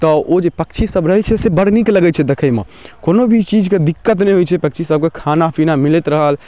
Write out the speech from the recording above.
तऽ ओ जे पक्षीसब रहै छै से बड़ नीक लगै छै देखैमे कोनो भी चीजके दिक्कत नहि होइ छै पक्षीसबके खाना पीना मिलैत रहल